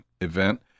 event